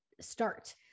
start